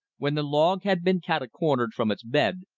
when the log had been cat-a-cornered from its bed,